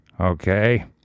Okay